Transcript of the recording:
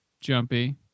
jumpy